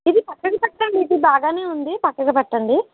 ఇది పక్కకి పెట్టండి ఇది బాగానే ఉంది పక్కకి పెట్టండి